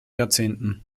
jahrzehnten